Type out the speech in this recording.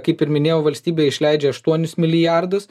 kaip ir minėjau valstybė išleidžia aštuonis milijardus